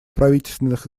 правительственных